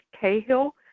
Cahill